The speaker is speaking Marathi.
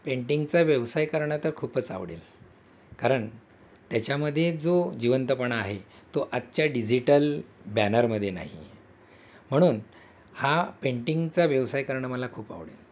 पेंटिंगचा व्यवसाय करणं तर खूपच आवडेल कारण त्याच्यामध्ये जो जिवंतपणा आहे तो आजच्या डिजिटल बॅनरमध्ये नाही आहे म्हणून हा पेंटिंगचा व्यवसाय करणं मला खूप आवडेल